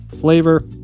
flavor